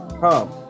come